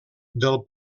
del